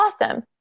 awesome